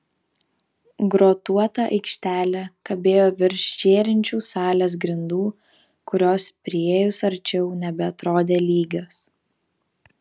grotuota aikštelė kabėjo virš žėrinčių salės grindų kurios priėjus arčiau nebeatrodė lygios